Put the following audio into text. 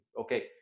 okay